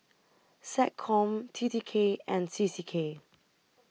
Seccom T T K and C C K